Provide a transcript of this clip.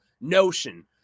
notion